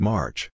March